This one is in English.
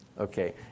Okay